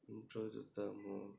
you chose the timer